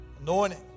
Anointing